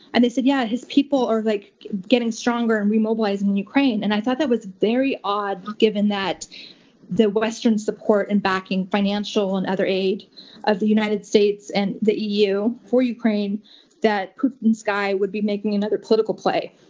and they said, yeah, his people are like getting stronger and remobilizing in ukraine. i thought that was very odd, given that the western support and backing, financial and other aid of the united states and the eu for ukraine that putin's guy would be making another political play.